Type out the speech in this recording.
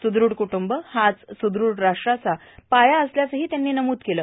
सुदृढ कुटुंब हाच सुदृढ राष्ट्राचा पाया असल्याचंही त्यांनी नमूद केलं